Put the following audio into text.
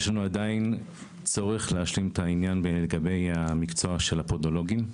יש לנו עדיין צורך להשלים את העניין לגבי המקצוע של הפודולוגים.